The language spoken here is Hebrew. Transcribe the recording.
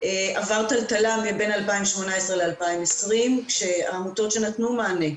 עבר טלטלה בין 2018 ל-2020 כשהעמותות שנתנו מענה,